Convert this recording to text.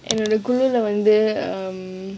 என்னோட குழு:ennoda kulu lah வந்து:wanthu um